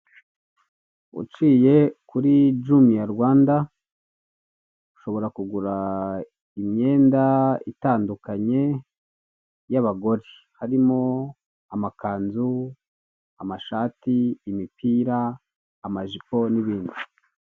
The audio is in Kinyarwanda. Uciye kuri jumiya Rwanda ushobora kugura imyenda itandukanye y'abagore, harimo amakanzu, amashati, imipira, amajipo n'ibindi.